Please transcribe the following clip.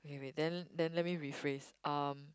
okay then then let me rephrase um